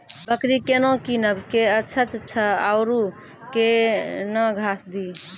बकरी केना कीनब केअचछ छ औरू के न घास दी?